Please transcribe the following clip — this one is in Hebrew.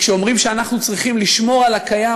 וכשאומרים שאנחנו צריכים לשמור על הקיים,